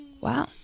Wow